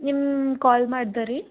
ನಿಮ್ಗ್ ಕಾಲ್ ಮಾಡ್ದೆ ರೀ